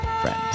friends